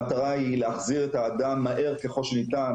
המטרה היא להחזיר את האדם מהר ככל שניתן